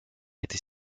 était